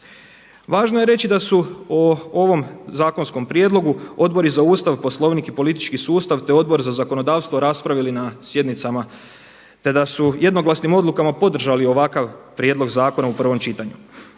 Važno je reći da su o ovom zakonskom prijedlogu Odbor za Ustav, Poslovnik i politički sustav, te Odbor za zakonodavstvo raspravili na sjednicama, te da su jednoglasnim odlukama podržali ovakav prijedlog zakona u prvom čitanju.